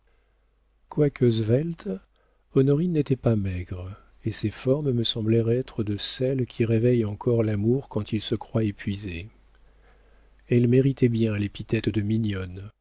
quoique svelte honorine n'était pas maigre et ses formes me semblèrent être de celles qui réveillent encore l'amour quand il se croit épuisé elle méritait bien l'épithète de mignonne